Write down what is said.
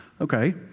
Okay